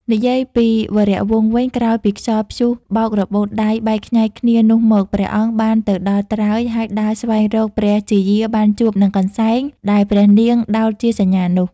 និយាយពីវរវង្សវិញក្រោយពីខ្យល់ព្យុះបោករបូតដៃ បែកខ្ញែកគ្នានោះមក ព្រះអង្គបានទៅដល់ត្រើយ ហើយដើរស្វែងរកព្រះជាយាបានជួបនឹងកន្សែង ដែលព្រះនាងដោតជាសញ្ញានោះ។